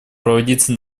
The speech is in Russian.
проводиться